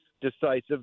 decisive